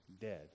dead